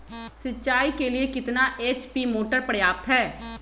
सिंचाई के लिए कितना एच.पी मोटर पर्याप्त है?